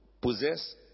possess